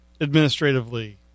administratively